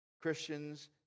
Christians